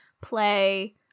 play